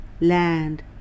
land